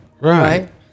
right